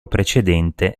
precedente